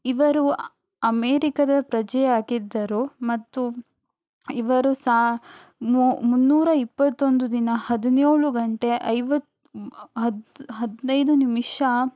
ಇವರು ಅಮೇರಿಕದ ಪ್ರಜೆ ಆಗಿದ್ದರು ಮತ್ತು ಇವರು ಸಾ ಮು ಮುನ್ನೂರ ಇಪ್ಪತ್ತೊಂದು ದಿನ ಹದಿನೇಳು ಗಂಟೆ ಐವತ್ತು ಹದಿನೈದು ನಿಮಿಷ